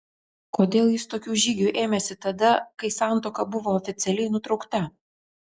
kodėl jis tokių žygių ėmėsi tada kai santuoka buvo oficialiai nutraukta